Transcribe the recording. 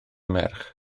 merch